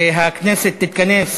הכנסת תתכנס,